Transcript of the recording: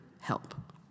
help